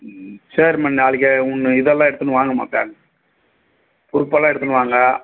சரிம்மா நாளைக்கு உன் இதெல்லாம் எடுத்துன்னு வாங்கம்மா பேங்க் ப்ரூப் எல்லாம் எடுத்துன்னு வாங்க